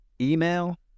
email